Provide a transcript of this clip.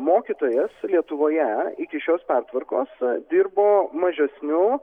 mokytojas lietuvoje iki šios pertvarkos dirbo mažesniu